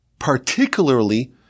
particularly